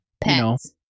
Pets